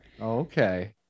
Okay